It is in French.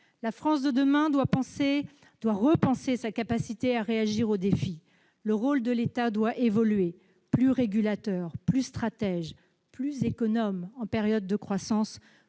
La France de demain doit repenser sa capacité à réagir aux défis. Le rôle de l'État doit évoluer : il sera plus régulateur, plus stratège. Il devra être plus économe en période de croissance,